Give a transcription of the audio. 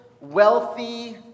wealthy